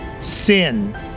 Sin